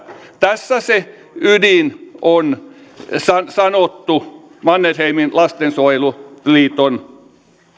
tässä se ydin on sanottu mannerheimin lastensuojeluliiton